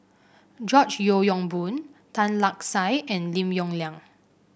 George Yeo Yong Boon Tan Lark Sye and Lim Yong Liang